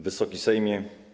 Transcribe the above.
Wysoki Sejmie!